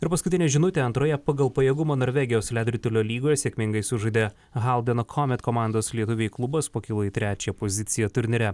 ir paskutinė žinutė antroje pagal pajėgumą norvegijos ledo ritulio lygoje sėkmingai sužaidė haldeno komet komandos lietuviai klubas pakilo į trečią poziciją turnyre